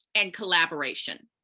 and collaboration.